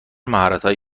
مهارتهایی